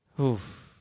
Oof